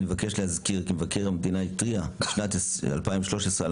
אני מבקש להזכיר כי מבקר המדינה התריע בשנת 2013 על